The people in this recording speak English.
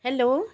hello